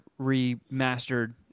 remastered